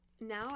Now